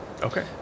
okay